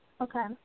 Okay